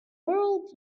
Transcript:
world